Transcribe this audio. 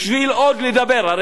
בשביל לדבר עוד,